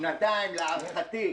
שנתיים להערכתי,